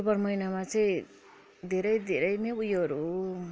October महिना चाहिँ धेरै धेरै नै उयोहरू